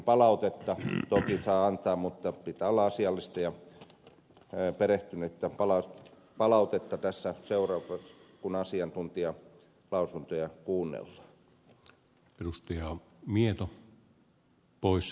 palautetta toki saa antaa mutta sen pitää olla asiallista ja perehtynyttä palautetta kun asiantuntijalausuntoja kuunnellaan